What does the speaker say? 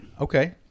Okay